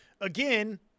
again